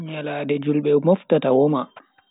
Nyalande julbe moftata woma.